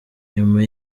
nyuma